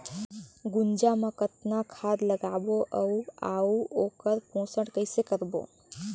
गुनजा मा कतना खाद लगाबो अउ आऊ ओकर पोषण कइसे करबो?